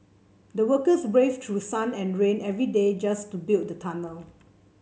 the workers braved through sun and rain every day just to build the tunnel